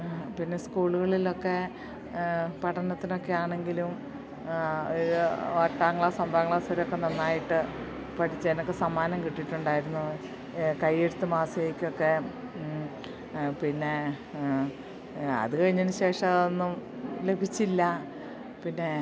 പിന്നെ സ്കൂളുകളിലൊക്കെ പഠനത്തിനൊക്കെ ആണെങ്കിലും ഒരു എട്ടാം ക്ലാസ് ഒമ്പതാം ക്ലാസ്സ് വരെയൊക്കെ നന്നായിട്ട് പഠിച്ചതിനൊക്കെ സമ്മാനം കിട്ടിയിട്ടുണ്ടായിരുന്നു കൈയെഴുത്ത് മാസികക്കൊക്കെ പിന്നെ അത് കഴിഞ്ഞതിന് ശേഷം അതൊന്നും ലഭിച്ചില്ല പിന്നെ